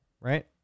right